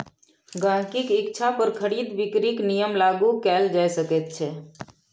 गहिंकीक इच्छा पर खरीद बिकरीक नियम लागू कएल जा सकैत छै